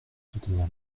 soutenir